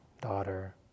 daughter